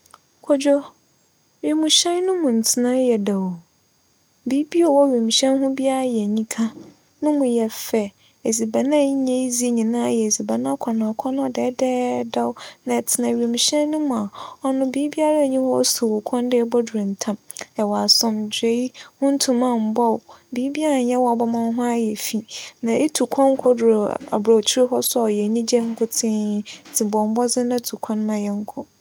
Kodwo, wimuhyɛn no mu tsena yɛ dɛw o. Biribiara a ͻwͻ wimuhyɛn ho biara yɛ enyika. No mu yɛ fɛ. Edziban a enya dzi nyinara yɛ edziban akͻno akͻno dɛdɛɛdɛw na etsena wimuhyɛn no mu a, ͻno biribiara nnyi hͻ a osiw wo kwan dɛ ebodur ntsɛm. Ewͻ asomdwee, huntuma mmbͻ wo, biribiara nnyi hͻ a ͻbɛma wo ho ayɛ fi. Na itu kwan kodur aborͻkyir hͻ so a, ͻyɛ enyigye nkotsee ntsi bͻ mbͻdzen tu kwan ma yɛnkͻ.